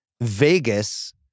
Vegas